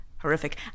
horrific